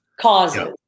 causes